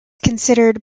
considered